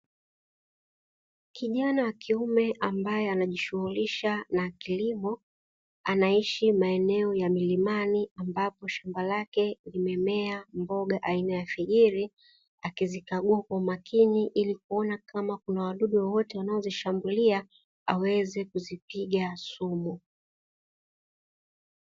Kijana wa kiume ambaye anajishughulisha na kilimo, anaishi maeneo ya milimani, ambapo shamba lake limemea mboga aina ya fijiri, akizikagua kwa umakini ili kuona kama kuna wadudu wote wanaozishambulia, aweze kuzipiga sumu.